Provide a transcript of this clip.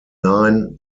nine